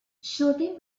shooting